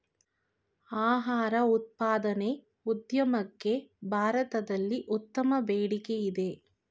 ಆಹಾರ ಉತ್ಪಾದನೆ ಉದ್ಯಮಕ್ಕೆ ಭಾರತದಲ್ಲಿ ಉತ್ತಮ ಬೇಡಿಕೆಯಿದೆ